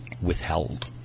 withheld